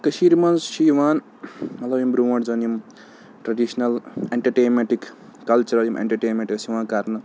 کٔشیٖرِ منٛز چھِ یِوان مطلب یِم برونٛٹھ زَن یِم ٹرٛیڈِشنَل اٮ۪نٹَرٹینمٮ۪نٛٹٕکۍ کَلچَر یِم اٮ۪نٹَرٹینمٮ۪نٛٹ ٲسۍ یِوان کَرنہٕ